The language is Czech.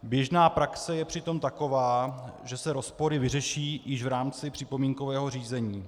Běžná praxe je přitom taková, že se rozpory vyřeší již v rámci připomínkového řízení.